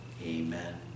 Amen